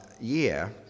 year